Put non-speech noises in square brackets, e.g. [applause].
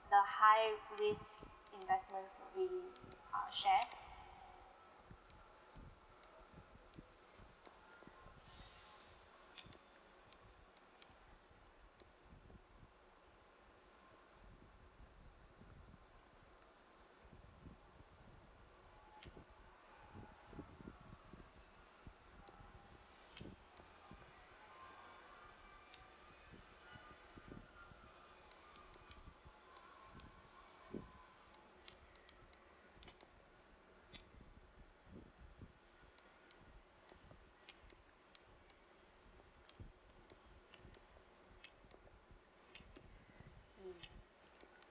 the high risk investment will uh share [breath]